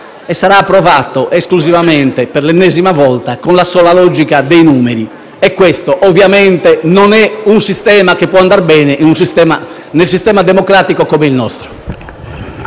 e sarà approvato esclusivamente, per l'ennesima volta, con la sola logica dei numeri, e questo ovviamente non è un metodo che può andar bene in un sistema democratico come il nostro.